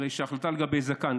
הרי שההחלטה לגבי זקן,